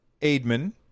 Aidman